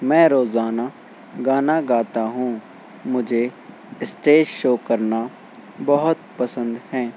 میں روزانہ گانا گاتا ہوں مجھے اسٹیج شو کرنا بہت پسند ہیں